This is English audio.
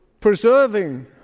preserving